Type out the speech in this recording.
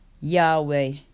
Yahweh